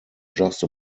just